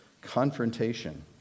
confrontation